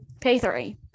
P3